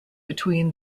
between